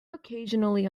occasionally